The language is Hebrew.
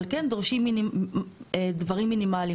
אבל כן דורשים דברים מינימליים.